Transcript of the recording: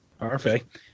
Perfect